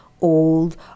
old